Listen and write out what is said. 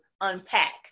unpack